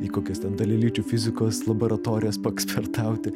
į kokias ten dalelyčių fizikos laboratorijas paekspertauti